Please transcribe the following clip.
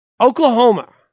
Oklahoma